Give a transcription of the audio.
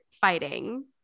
fighting